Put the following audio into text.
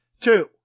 two